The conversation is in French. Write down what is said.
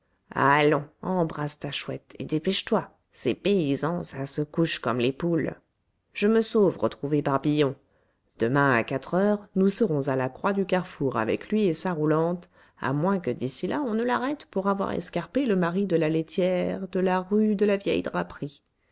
allons embrasse ta chouette et dépêche-toi ces paysans ça se couche comme les poules je me sauve retrouver barbillon demain à quatre heures nous serons à la croix du carrefour avec lui et sa roulante à moins que d'ici là on ne l'arrête pour avoir escarpé le mari de la laitière de la rue de la